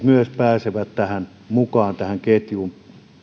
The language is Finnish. myös sosiaalipedagogit pääsevät mukaan tähän ketjuun